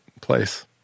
place